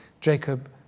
Jacob